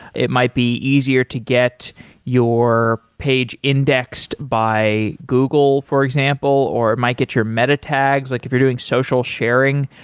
it might be easier to get your page indexed by google, for example, or might get your meta tags, like if you're doing social sharing,